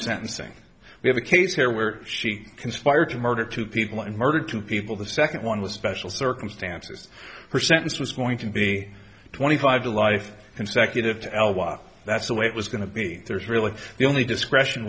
sentencing we have a case here where she conspired to murder two people and murdered two people the second one was special circumstances her sentence was going to be twenty five to life consecutive to l wop that's the way it was going to be there's really the only discretion